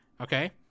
okay